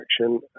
action